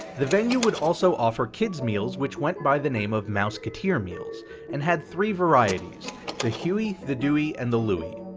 the venue would also offer kids meals which went by the name of mouseketeer meals and had three varieties the huey, the dewey, and the louie.